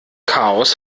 chaos